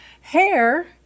Hair